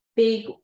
big